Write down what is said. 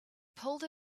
pulled